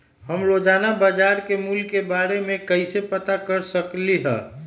हम रोजाना बाजार के मूल्य के के बारे में कैसे पता कर सकली ह?